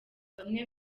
bamwe